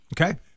Okay